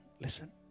listen